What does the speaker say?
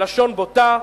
לשון בוטה,